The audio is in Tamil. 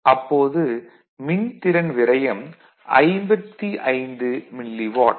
அப்போது மின்திறன் விரயம் 55 மில்லிவாட்